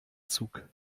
zug